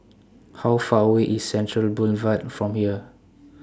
How Far away IS Central Boulevard from here